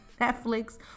Netflix